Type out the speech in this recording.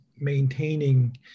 maintaining